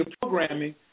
programming